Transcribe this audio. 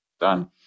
done